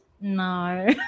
No